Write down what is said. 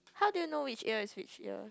how do you know which ear is which ear